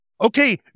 okay